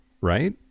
right